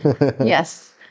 Yes